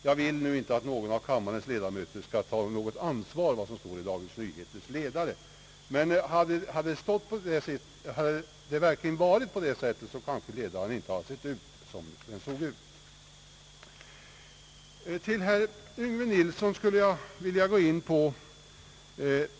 Jag vill nu inte att någon av kammarens ledamöter skall ta ansvar för vad som står i Dagens Nyheters ledare, men hade det verkligen varit på det sättet, kanske ledaren inte hade sett ut som den såg ut.